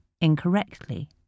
incorrectly